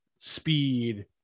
speed